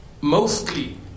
mostly